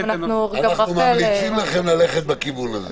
אנחנו ממליצים לכם ללכת בכיוון הזה.